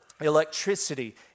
electricity